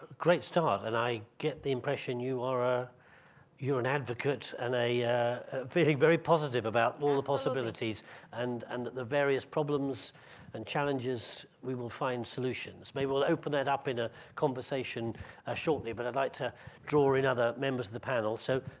great start. and i get the impression you're ah you're an advocate and a very very positive about all the possibilities and and the various problems and challenges we will find solutions. maybe we'll open that up in a conversation ah shortly but i'd like to draw in other members of the panel. so,